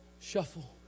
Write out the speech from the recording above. shuffle